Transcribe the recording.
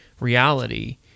reality